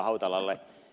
hautalalle